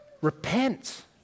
repent